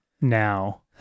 now